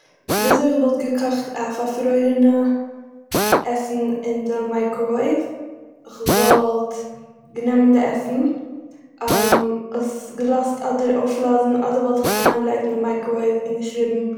וויזוי כ'וואלט געקאכט א פארפרוירענע עסן אין די מייקראוועיוו. כ'וואלט גענומען די עסן עס געלאזט אדער אויפלאזן אדער וואלט איך עס אריינגעלייגט אין די מייקארוועיוו און געשריבן-